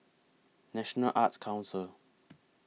National Arts Council